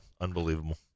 Unbelievable